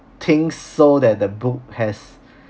think so that the book has